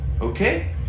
okay